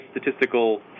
statistical